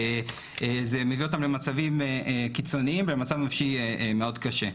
וזה מביא אותם למצבים מאוד קיצוניים ומצב נפשי מאוד קשה.